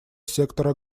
сектора